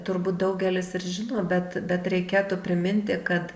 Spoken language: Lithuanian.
turbūt daugelis ir žino bet bet reikėtų priminti kad